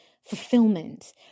fulfillment